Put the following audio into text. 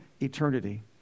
Eternity